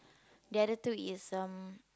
the other two is um